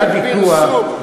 היה ויכוח, אין פרסום.